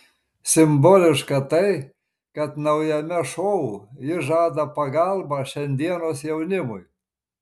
simboliška tai kad naujame šou ji žada pagalbą šiandienos jaunimui